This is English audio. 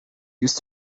used